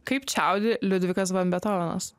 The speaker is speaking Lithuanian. kaip čiaudi liudvikas van betovenas